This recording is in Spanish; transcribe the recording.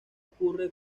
ocurre